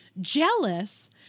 jealous